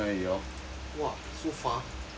!wah! so far !wah!